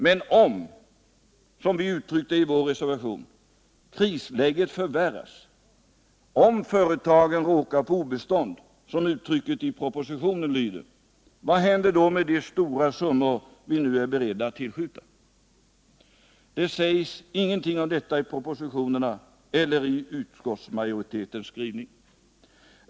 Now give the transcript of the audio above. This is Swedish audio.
Men om, som vi uttryckt det i vår reservation, krisläget förvärras, om företagen råkar på obestånd, som uttrycket i propositionen lyder, vad händer då med de stora summor som vi nu är beredda att tillskjuta? Det sägs ingenting om detta i propositionerna eller i utskottsmajoritetens skrivning.